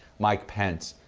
mike pence.